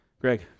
Greg